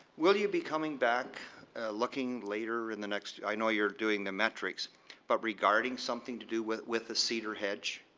will are you be coming back looking later in the next i know you're doing the metrics but regarding something to do with with the cedar hadn't?